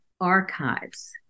archives